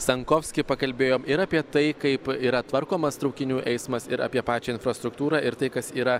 sankovski pakalbėjom ir apie tai kaip yra tvarkomas traukinių eismas ir apie pačią infrastruktūrą ir tai kas yra